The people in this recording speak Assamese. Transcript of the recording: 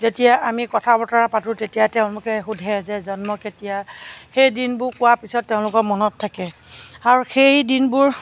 যেতিয়া আমি কথা বতৰা পাতোঁ তেতিয়া তেওঁলোকে সোধে যে জন্ম কেতিয়া সেই দিনবোৰ কোৱাৰ পিছত তেওঁলোকৰ মনত থাকে আৰু সেই দিনবোৰ